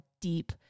deep